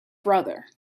brother